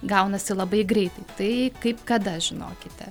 gaunasi labai greitai tai kaip kada žinokite